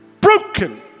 broken